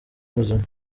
muzima